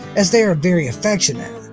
as they are very affectionate.